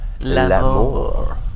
L'Amour